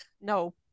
No